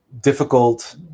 difficult